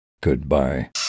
Goodbye